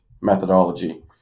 methodology